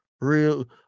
real